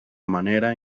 manera